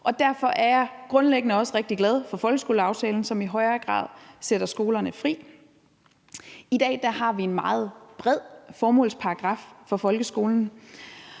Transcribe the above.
Derfor er jeg grundlæggende også rigtig glad for folkeskoleaftalen, som i højere grad sætter skolerne fri. I dag har vi en meget bred formålsparagraf for folkeskolen.